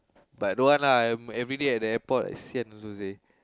but don't want lah I'm everyday at the airport sian also say